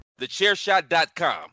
TheChairShot.com